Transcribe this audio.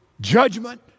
judgment